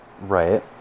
right